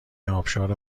ابشار